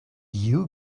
you